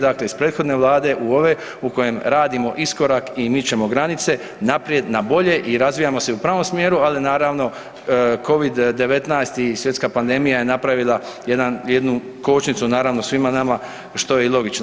Dakle iz prethodne vlade u ove u kojem radimo iskorak i mičemo granice naprijed na bolje i razvijamo se u pravom smjeru ali naravno Covid-19 i svjetska pandemija je napravila jednu kočnicu naravno svima nama što je i logično.